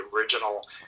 original